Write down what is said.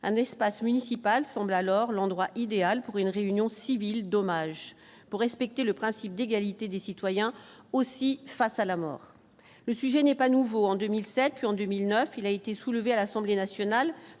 un espace municipal semble alors l'endroit idéal pour une réunion civile dommage pour respecter le principe d'égalité des citoyens aussi face à la mort, le sujet n'est pas nouveau : en 2007 puis en 2009, il a été soulevée à l'Assemblée nationale,